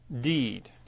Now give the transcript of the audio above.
deed